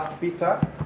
Peter